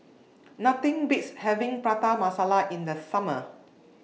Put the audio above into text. Nothing Beats having Prata Masala in The Summer